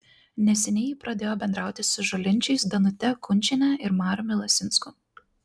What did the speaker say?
neseniai ji pradėjo bendrauti su žolinčiais danute kunčiene ir mariumi lasinsku